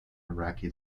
iraqi